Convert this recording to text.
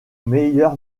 meilleur